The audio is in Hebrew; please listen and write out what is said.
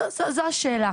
זו השאלה.